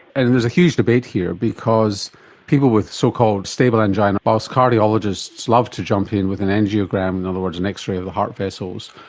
and there's a huge debate here because people with so-called stable angina, whilst cardiologists love to jump in with an angiogram, in other words an and x-ray of the heart vessels,